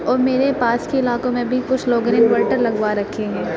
اور میرے پاس کے علاقوں میں بھی کچھ لوگوں نے انورٹر لگوا رکھے ہیں